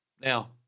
Now